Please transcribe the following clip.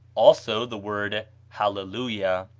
also the word halle-lujah.